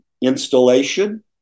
installation